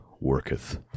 worketh